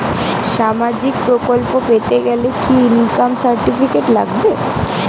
সামাজীক প্রকল্প পেতে গেলে কি ইনকাম সার্টিফিকেট লাগবে?